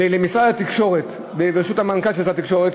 ולמשרד התקשורת, בראשות המנכ"ל של משרד התקשורת,